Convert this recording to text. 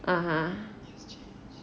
ah !huh!